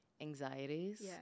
anxieties